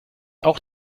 auch